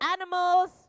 animals